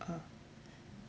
uh